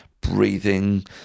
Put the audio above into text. breathing